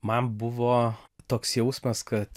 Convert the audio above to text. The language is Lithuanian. man buvo toks jausmas kad